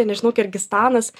nežinau kirgizstanas